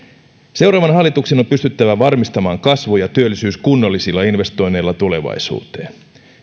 seuraavan hallituksen on pystyttävä varmistamaan kasvu ja työllisyys kunnollisilla investoinneilla tulevaisuuteen